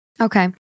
okay